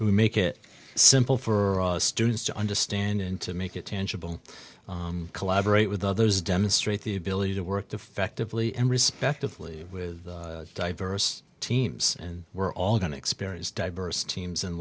to make it simple for us students to understand and to make it tangible collaborate with others demonstrate the ability to work effectively and respectively with diverse teams and we're all going to experience diverse teams in